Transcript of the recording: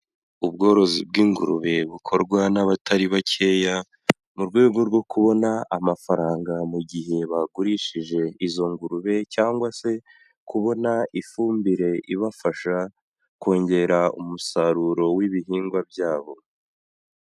Ubworozi bw'ingurube, bukorwa n'abatari bakeya, mu rwego rwo kubona amafaranga mu gihe bagurishije izo ngurube, cyangwa se kubona ifumbire ibafasha kongera umusaruro w'ibihingwa byabo.